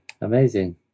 Amazing